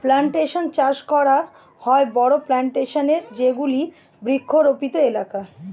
plantation চাষ করা হয় বড়ো প্লানটেশন এ যেগুলি বৃক্ষরোপিত এলাকা